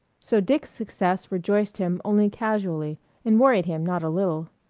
so dick's success rejoiced him only casually and worried him not a little.